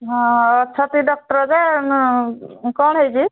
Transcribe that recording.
ହଁ ଅଛନ୍ତି ଡକ୍ଟର ଯେ କ'ଣ ହେଇଛି